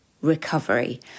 recovery